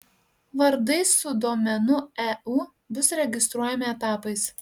vardai su domenu eu bus registruojami etapais